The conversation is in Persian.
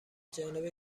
جانب